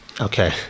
Okay